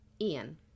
Ian